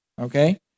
okay